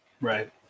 right